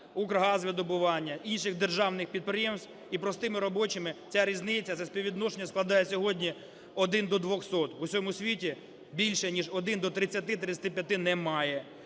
"Укргазвидобування", інших державних підприємств і простими робочими? Ця різниця за співвідношенням складає сьогодні один до двохсот. У всьому світі більше, ніж один до 30-35 немає.